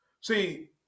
see